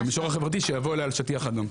במישור החברתי שיבוא אלי על שטיח אדום.